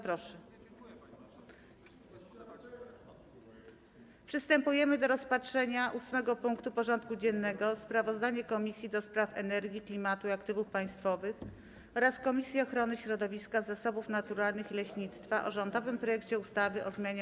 Przystępujemy do rozpatrzenia punktu 8. porządku dziennego: Sprawozdanie Komisji do Spraw Energii, Klimatu i Aktywów Państwowych oraz Komisji Ochrony Środowiska, Zasobów Naturalnych i Leśnictwa o rządowym projekcie ustawy o zmianie